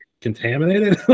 contaminated